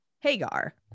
Hagar